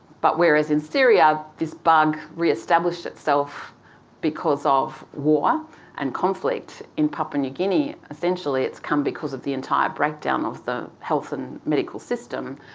but whereas in syria this bug re-established itself because of war and conflict, in papua new guinea essentially it's come because of the entire breakdown of the health and medical system,